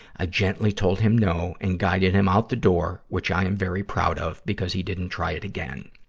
i gently told him no, and guided him out the door, which i am very proud of because he didn't try it again.